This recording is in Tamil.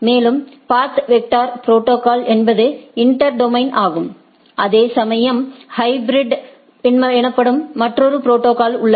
மேலும் பாத் வெக்டர் ப்ரோடோகால் என்பது இன்டெர் டொமைன் ஆகும் அதேசமயம்ஹைபிரிடு எனப்படும் மற்றொரு ப்ரோடோகால் உள்ளது